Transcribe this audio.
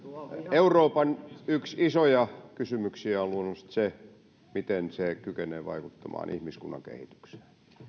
euroopan yksi isoja kysymyksiä on luonnollisesti se miten se kykenee vaikuttamaan ihmiskunnan kehitykseen